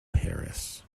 harris